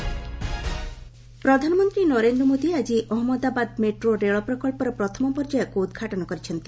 PM Gujarat Jamnagar ପ୍ରଧାନମନ୍ତ୍ରୀ ନରେନ୍ଦ୍ର ମୋଦି ଆଜି Ahmedabad metro ରେଳ ପ୍ରକଳ୍ପର ପ୍ରଥମ ପର୍ଯ୍ୟାୟକୁ ଉଦ୍ଘାଟନ କରିଛନ୍ତି